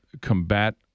combat